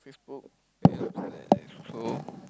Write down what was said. Facebook